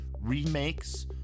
remakes